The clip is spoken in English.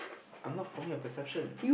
I'm not forming a perception